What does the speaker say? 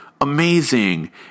amazing